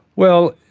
well,